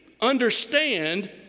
understand